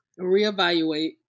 reevaluate